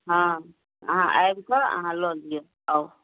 हँ अहाँ आबि कऽ अहाँ लए लियौ आउ